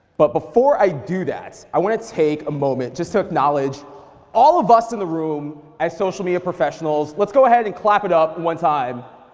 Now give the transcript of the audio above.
but before i do that, i wanna take a moment just to acknowledge all of us in the room as social media professionals, let's go ahead and clap it up one time.